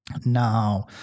Now